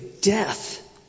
death